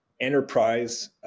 enterprise